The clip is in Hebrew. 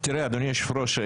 אדוני היושב ראש,